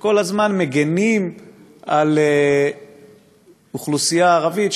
שכל הזמן מגינים על אוכלוסייה ערבית,